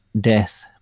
death